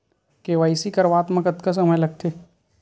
KYC करवात म कतका समय लगथे?